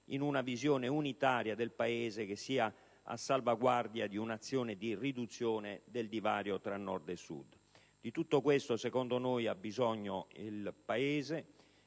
in una visione unitaria del Paese che sia a salvaguardia di un'azione di riduzione del divario tra Nord e Sud. Di tutto questo, secondo noi, ha bisogno il Paese